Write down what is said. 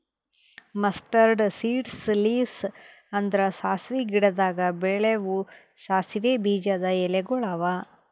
mustard seeds leaves ಅಂದುರ್ ಸಾಸಿವೆ ಗಿಡದಾಗ್ ಬೆಳೆವು ಸಾಸಿವೆ ಬೀಜದ ಎಲಿಗೊಳ್ ಅವಾ